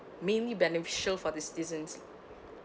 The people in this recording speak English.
mainly beneficial for the citizens